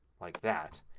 like that,